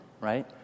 right